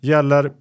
Gäller